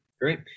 great